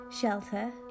shelter